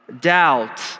doubt